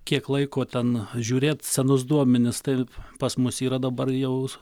kiek laiko ten žiūrėt senus duomenis taip pas mus yra dabar jau